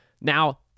Now